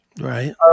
Right